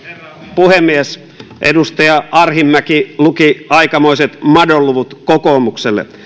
puhemies edustaja arhinmäki luki aikamoiset madonluvut kokoomukselle